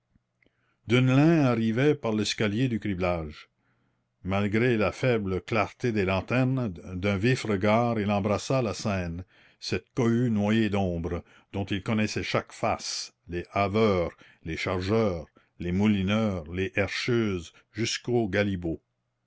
arrivait par l'escalier du criblage malgré la faible clarté des lanternes d'un vif regard il embrassa la scène cette cohue noyée d'ombre dont il connaissait chaque face les haveurs les chargeurs les moulineurs les herscheuses jusqu'aux galibots